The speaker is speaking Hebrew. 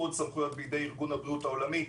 שירכזו עוד סמכויות בידי ארגון הבריאות העולמי,